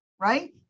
Right